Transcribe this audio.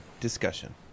discussion